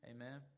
Amen